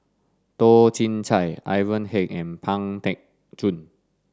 Toh Chin Chye Ivan Heng and Pang Teck Joon